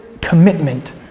commitment